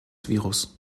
virus